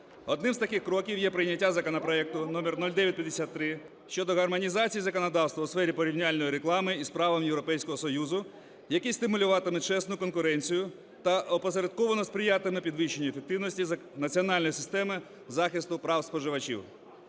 Одним з таких кроків є прийняття законопроекту номер 0953 (щодо гармонізації законодавства у сфері порівняльної реклами із правом Європейського Союзу), який стимулюватиме чесну конкуренцію та опосередковано сприятиме підвищенню ефективності національної системи захисту прав споживачів.